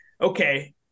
okay